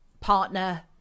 partner